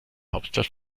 hauptstadt